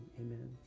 amen